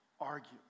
argue